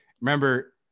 Remember